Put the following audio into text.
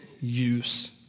use